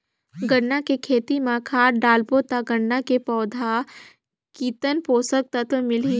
गन्ना के खेती मां खाद डालबो ता गन्ना के पौधा कितन पोषक तत्व मिलही?